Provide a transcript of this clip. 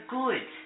good